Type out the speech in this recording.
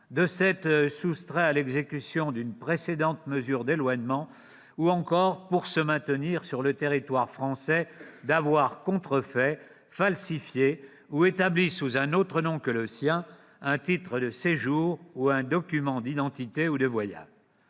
de s'être soustrait à l'exécution d'une précédente mesure d'éloignement ; ou encore, pour se maintenir sur le territoire français, d'avoir contrefait, falsifié ou établi sous un autre nom que le sien un titre de séjour ou un document d'identité ou de voyage.